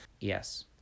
yes